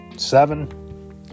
seven